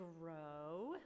grow